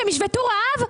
שהם ישבתו רעב?